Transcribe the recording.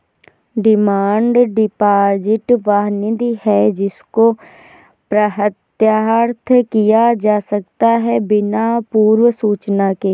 demand deposit वह निधि है जिसको प्रत्याहृत किया जा सकता है बिना पूर्व सूचना के